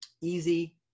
easy